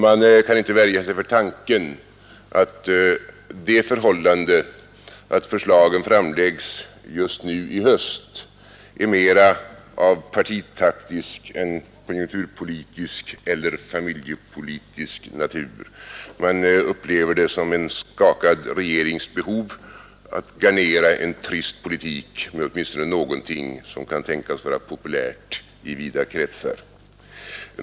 Man kan inte värja sig för tanken att det förhållandet att förslagen läggs fram just i höst mera är av partitaktisk än konjunkturpolitisk eller familjepolitisk natur. Man upplever det som en skakad regerings behov att garnera en trist politik med åtminstone någonting som kan tänkas vara populärt i vida kretsar.